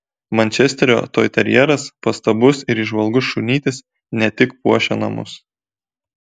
mančesterio toiterjeras pastabus ir įžvalgus šunytis ne tik puošia namus